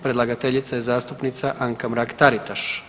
Predlagateljica je zastupnica Anka Mrak-Taritaš.